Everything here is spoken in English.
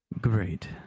Great